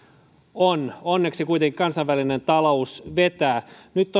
on onneksi kuitenkin kansanvälinen talous vetää nyt